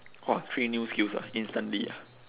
!wah! three new skills ah instantly ah